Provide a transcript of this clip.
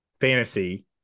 fantasy